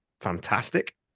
fantastic